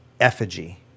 effigy